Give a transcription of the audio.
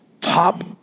top